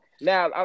Now